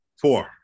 four